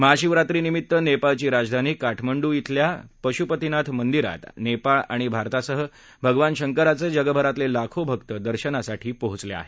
महाशिवरात्रीनिमीत्त नेपाळची राजधानी काठमंडु इथल्या पशुपतीनाथ मंदीरात नेपाळ आणि भारतासह भगवान शंकराचे जगभरातले लाखो भक्त दर्शनासाठी पोचले आहे